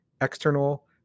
external